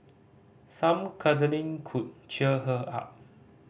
some cuddling could cheer her up